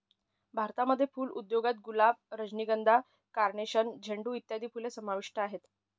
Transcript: भारतामध्ये फुल उद्योगात गुलाब, रजनीगंधा, कार्नेशन, झेंडू इत्यादी फुलं समाविष्ट आहेत